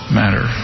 matter